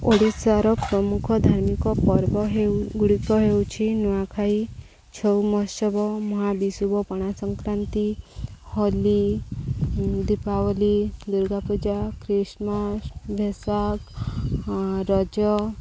ଓଡ଼ିଶାର ପ୍ରମୁଖ ଧାର୍ମିକ ପର୍ବ ହେଉ ଗୁଡ଼ିକ ହେଉଛି ନୂଆଖାଇ ଛଉ ମହୋତ୍ସବ ମହାବିଶୁବ ପଣା ସଂକ୍ରାନ୍ତି ହୋଲି ଦୀପାବଳି ଦୁର୍ଗା ପୂଜା ଖ୍ରୀଷ୍ଟମାସ ବୈଶାଖ ରଜ